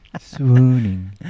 Swooning